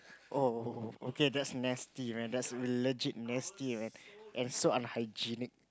ohh okay that's nasty man that's legit nasty man and so unhygienic